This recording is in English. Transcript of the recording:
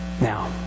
Now